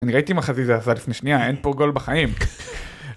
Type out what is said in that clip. אני ראיתי מה חזיזה עשה לפני שנייה, אין פה גול בחיים.